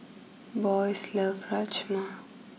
Boyce loves Rajma